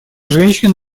женщин